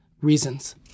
reasons